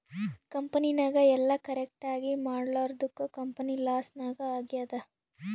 ಕಂಪನಿನಾಗ್ ಎಲ್ಲ ಕರೆಕ್ಟ್ ಆಗೀ ಮಾಡ್ಲಾರ್ದುಕ್ ಕಂಪನಿ ಲಾಸ್ ನಾಗ್ ಆಗ್ಯಾದ್